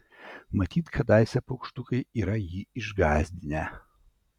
matyt kadaise paukštukai yra jį išgąsdinę